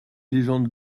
légendes